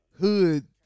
hood